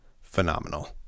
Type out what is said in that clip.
phenomenal